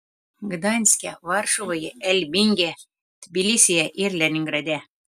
gdanske varšuvoje elbinge tbilisyje ir leningrade